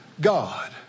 God